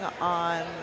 on